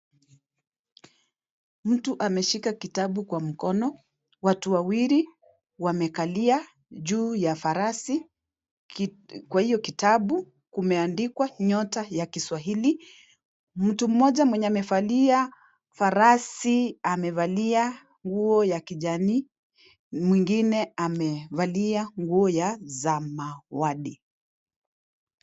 Mtu ameshika kitabu kwa mkono. Watu wawili wamekalia juu ya farasi kwa hiyo kitabu kumeandikwa nyota ya kiswahili. Mtu mmoja mwenye amevalia farasi, amevalia nguo ya kijani mwingine amevalia nguo ya samawati.